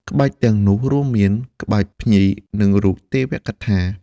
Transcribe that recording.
ក្បាច់ទាំងនោះរួមមាន ក្បាច់ភ្ញី និងរូបសត្វទេវកថា។